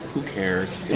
who cares?